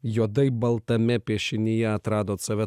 juodai baltame piešinyje atradot save